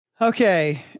Okay